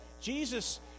Jesus